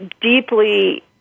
deeply